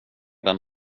den